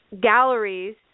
galleries